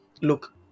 Look